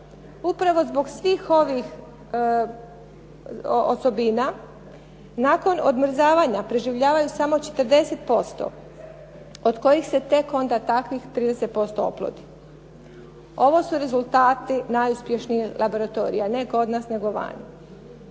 Upravo zbog svih ovih osobina, nakon odmrzavanja preživljavaju samo 40% od kojih se tek onda takvih 30% oplodi. Ovo su rezultati najuspješnijeg laboratorija, ne kod nas, nego vani.